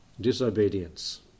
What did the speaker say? Disobedience